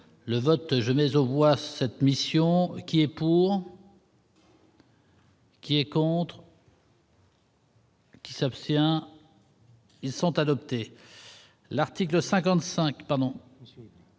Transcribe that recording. le vote genèse au cette mission qui est pour. Qui est contre. Qui s'abstient ils sont adoptés. L'article 55 pardon.